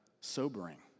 sobering